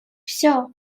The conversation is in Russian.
все